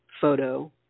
photo